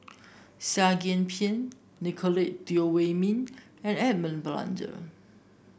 Seah Kian Peng Nicolette Teo Wei Min and Edmund Blundell